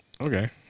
Okay